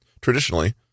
Traditionally